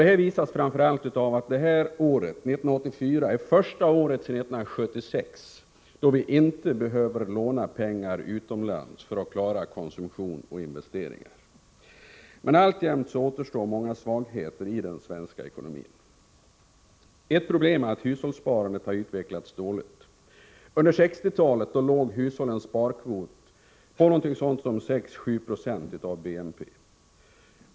Det visar sig framför allt i att 1984 är det första året sedan 1976 då vi inte behöver låna pengar utomlands för att klara konsumtion och investeringar. Alltjämt återstår dock många svagheter i den svenska ekonomin. Ett problem är att hushållssparandet har utvecklats dåligt. Under 1960 talet låg hushållens sparkvot på ca 6-7 20 av BNP.